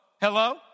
Hello